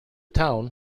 town